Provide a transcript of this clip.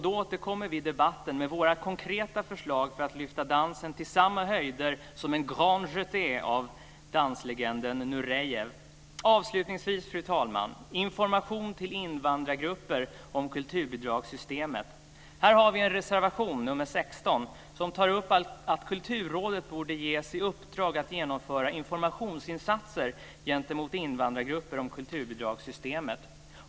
Då återkommer vi i debatten med våra konkreta förslag för att lyfta dansen till samma höjder som en grand jeté av danslegenden Nurejev. Avslutningsvis, fru talman, vill jag säga något om information till invandrargrupper om kulturbidragssystemet. Här har vi en reservation nr 16 som tar upp att Kulturrådet borde ges i uppdrag att genomföra informationsinsatser gentemot invandrargrupper om kulturbidragssystemet.